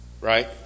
right